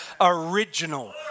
original